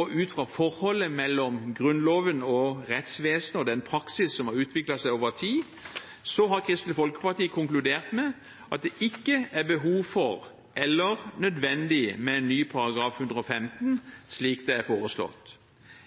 og ut fra forholdet mellom Grunnloven og rettsvesenet og den praksis som har utviklet seg over tid, har Kristelig Folkeparti konkludert med at det ikke er behov for eller nødvendig med ny § 115, slik det er foreslått.